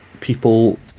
people